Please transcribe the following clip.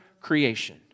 creation